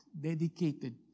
dedicated